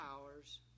powers